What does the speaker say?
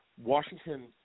Washington